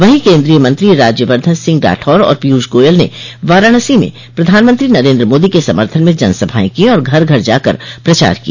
वहीं केन्द्रीय मंत्री राज्यवर्द्वन सिंह राठौर और पीयूष गोयल ने वाराणसी में प्रधानमंत्री नरेन्द्र मोदी के समर्थन में जनसभाएं की और घर घर जाकर प्रचार किया